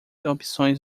opções